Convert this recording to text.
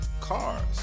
cars